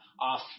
off